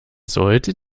sollte